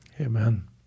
Amen